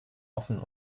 offen